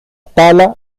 tala